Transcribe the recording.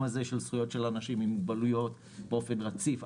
של זכויות של אנשים עם מוגבלויות באופן רציף,